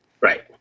Right